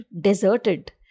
deserted